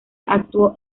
actúa